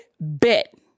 Bet